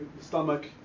stomach